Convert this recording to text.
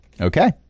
Okay